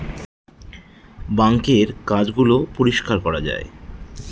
বাঙ্কের কাজ গুলো পরিষ্কার করা যায়